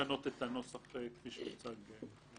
לשנות את הנוסח כפי שהוצג בוועדה.